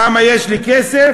כמה יש לי כסף?